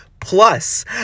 plus